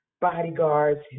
bodyguards